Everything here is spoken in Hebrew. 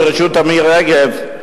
בראשות עמיר רגב,